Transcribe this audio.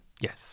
Yes